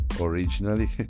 originally